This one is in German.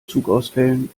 zugausfällen